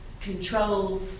control